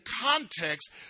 context